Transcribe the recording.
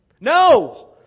No